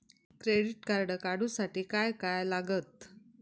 Credit card काढूसाठी काय काय लागत?